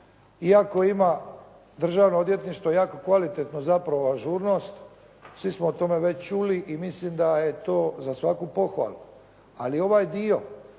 iako ima, Državno odvjetništvo jaku kvalitetnu zapravo ažurnost, svi smo o tome već čuli i mislim da je to za svaku pohvalu. Ali ovaj dio,